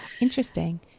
Interesting